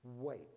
Wait